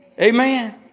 Amen